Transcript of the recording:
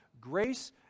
grace